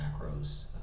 macros